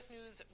News